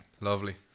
Lovely